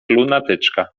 lunatyczka